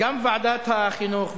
גם ועדת החינוך וגם,